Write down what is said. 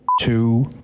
two